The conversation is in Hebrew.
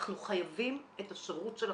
אנחנו חייבים את השירות שלכם.